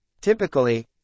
Typically